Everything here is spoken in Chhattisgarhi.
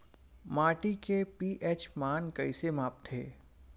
माटी के पी.एच मान कइसे मापथे?